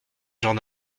genre